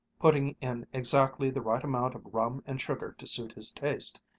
putting in exactly the right amount of rum and sugar to suit his taste,